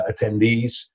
attendees